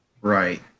right